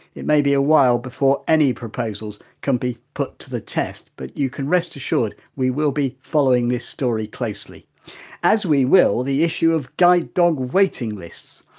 it maybe a while before any proposals can be put to the test. but you can rest assured we will be following this story closely ass we will, the issue of guide dog waiting lists.